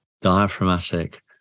diaphragmatic